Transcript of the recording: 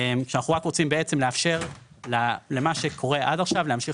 שאנחנו רק רוצים בעצם לאפשר למה שקורה עד עכשיו להמשיך